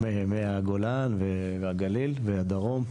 מהגולן והגליל והדרום.